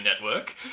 Network